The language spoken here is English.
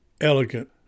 elegant